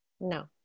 No